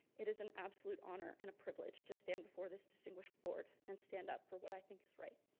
it is an absolute honor and a privilege to stand before this distinguished board, and stand up for what i think is right.